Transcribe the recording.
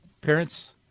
parents